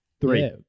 Three